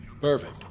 Perfect